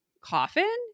coffin